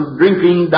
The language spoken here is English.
drinking